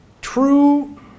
true